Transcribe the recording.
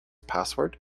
password